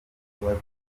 umubare